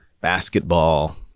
basketball